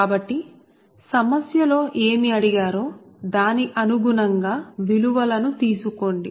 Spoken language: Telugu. కాబట్టి సమస్య లో ఏమి అడిగారో దాని అనుగుణంగా విలువల ను తీసుకోండి